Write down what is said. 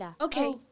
Okay